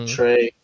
Trey